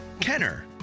Kenner